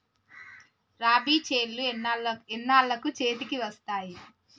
రబీ చేలు ఎన్నాళ్ళకు చేతికి వస్తాయి?